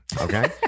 Okay